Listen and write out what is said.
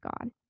God